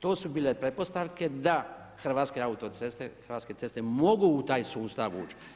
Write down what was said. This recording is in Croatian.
To su bile pretpostavke da Hrvatske autoceste, Hrvatske ceste mogu u taj sustav ući.